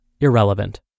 irrelevant